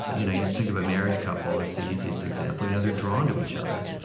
ah you know you'd think of a married couple. that's the easiest example. you know they're drawn to each other.